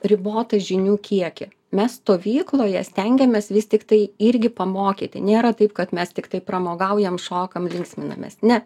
ribotą žinių kiekį mes stovykloje stengiamės vis tiktai irgi pamokyti nėra taip kad mes tiktai pramogaujam šokam linksminamės ne